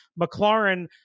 McLaren